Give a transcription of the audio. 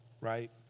Right